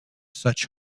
such